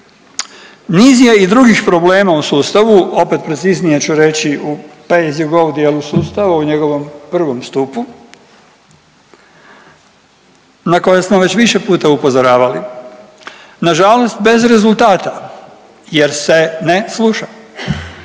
Niz je i drugih problema u sustavu, opet kroz izmjene ću reći u …/Govornik se ne razumije./… sustava u njegovom prvom stupu na koje smo već više puta upozoravali. Nažalost bez rezultata jer se ne sluša.